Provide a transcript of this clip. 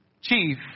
chief